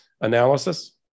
analysis